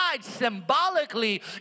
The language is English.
symbolically